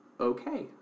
Okay